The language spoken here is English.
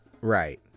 Right